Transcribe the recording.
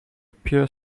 pure